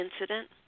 incident